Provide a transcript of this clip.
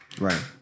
Right